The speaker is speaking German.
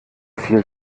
viel